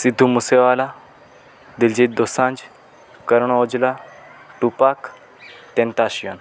Sidhu Moosewala Diljit Dosanjh Karan Aujla Tupac Tentacion